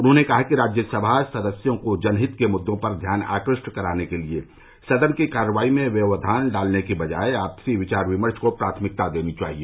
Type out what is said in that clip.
उन्होंने कहा कि राज्यसभा सदस्यों को जनहित के मुद्रों पर ध्यान आकृ ष्ट कराने के लिए सदन की कार्यवाही में व्यक्यान डालने की बजाय आपसी विचार विमर्श को प्राथमिकता देनी चाहिए